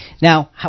Now